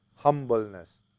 humbleness